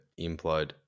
implode